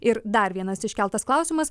ir dar vienas iškeltas klausimas